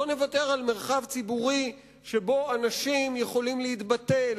לא נוותר על מרחב ציבורי שבו אנשים יכולים להתבטא,